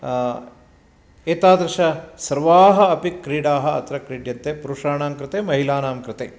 एतादृशाः सर्वाः अपि क्रीडाः अत्र क्रीड्यन्ते पुरुषाणां कृते महिलानां कृते